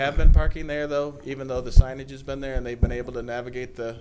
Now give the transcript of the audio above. have been parking there though even though the signage has been there and they've been able to navigate the